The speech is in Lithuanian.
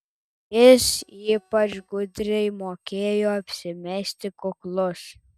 jis ypač gudriai mokėjo apsimesti kuklus